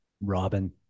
Robin